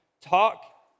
talk